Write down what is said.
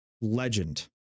Legend